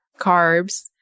carbs